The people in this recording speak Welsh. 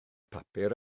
papur